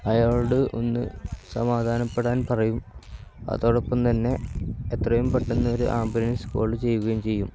അയാളോട് ഒന്നു സമാധാനപ്പെടാൻ പറയും അതോടൊപ്പം തന്നെ എത്രയും പെട്ടെന്ന് ഒരു ആംബുലൻസ് കോൾ ചെയ്യുകയും ചെയ്യും